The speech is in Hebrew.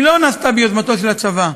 לא נעשתה ביוזמתו של הצבא.